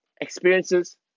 Experiences